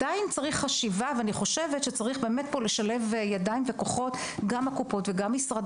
אני חושבת שצריך לשלב ידיים וכוחות של הקופות ושל משרד